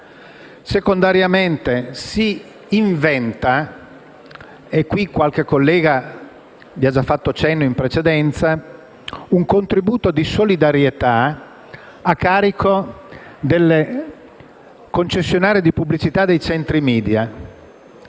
Secondariamente, si inventa - e qualche collega ne ha già fatto cenno in precedenza - un contributo di solidarietà a carico delle concessionarie di pubblicità dei centri *media*,